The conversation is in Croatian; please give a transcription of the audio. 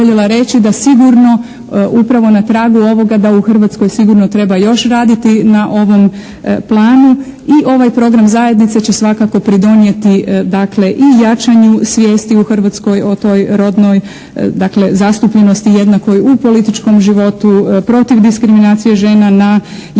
da sigurno upravo na tragu ovog da u Hrvatskoj sigurno treba još raditi na ovom planu. I ovaj program zajednica će svakako pridonijeti dakle i jačanju svijesti u Hrvatskoj o toj rodnoj dakle zastupljenosti jednakoj u političkom životu, protiv diskriminacije žena na javnom